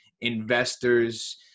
investors